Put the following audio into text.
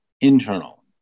internal